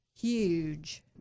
huge